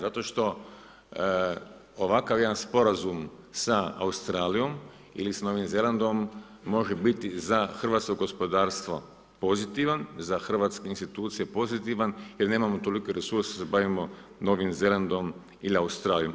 Zato što ovakav jedan sporazum sa Australijom ili s Novim Zelandom može biti za hrvatsko gospodarstvo pozitivan, za hrvatske institucije pozitivan jer nemamo tolike resurse da se bavimo Novim Zelandom ili Australijom.